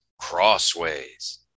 crossways